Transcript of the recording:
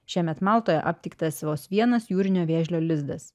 šiemet maltoje aptiktas vos vienas jūrinio vėžlio lizdas